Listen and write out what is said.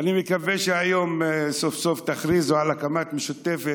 אני מקווה שהיום סוף-סוף תכריזו על הקמת המשותפת,